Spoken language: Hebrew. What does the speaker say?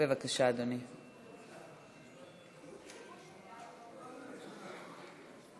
בבקשה, אדוני.